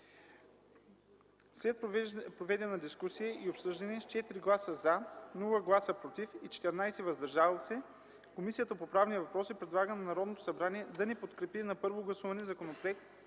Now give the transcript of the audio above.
След проведената дискусия и обсъждане, с 4 гласа „за”, 0 гласа „против” и 14 гласа „въздържали се”, Комисията по правни въпроси предлага на Народното събрание да не подкрепи на първо гласуване Законопроект